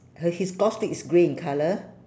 her his golf stick is grey in colour